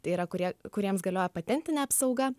tai yra kurie kuriems galioja patentinė apsauga